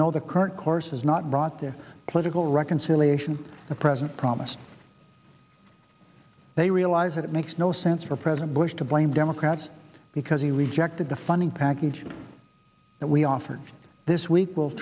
know the current course has not brought their political reconciliation the president promised they realize that it makes no sense for president bush to blame democrats because he rejected the funding package that we offered this week will